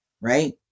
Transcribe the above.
right